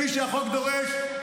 כפי שהחוק דורש,